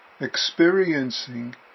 Experiencing